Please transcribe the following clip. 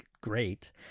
great